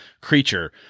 creature